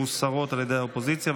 מוסרות על ידי האופוזיציה.